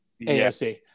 AOC